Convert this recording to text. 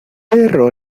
perro